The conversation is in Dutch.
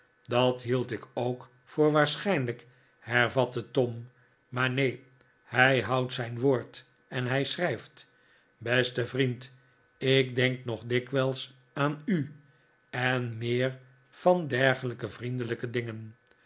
dat hield ik ook voor waarschijnlijk hervatte tom maar neen hij houdt zijn woord en hij schrijft beste vriend ik denk nog dikwijls aan u en meer van dergelijke vriendelijke dingen